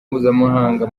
mpuzamahanga